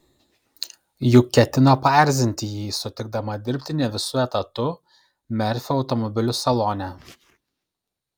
juk ketino paerzinti jį sutikdama dirbti ne visu etatu merfio automobilių salone